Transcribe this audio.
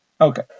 Okay